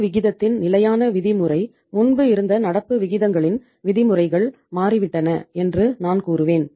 நடப்பு விகிதத்தின் நிலையான விதிமுறை முன்பு இருந்த நடப்பு விகிதங்களின் விதிமுறைகள் மாறிவிட்டன என்று நான் கூறுவேன்